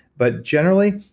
but generally,